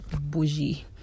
bougie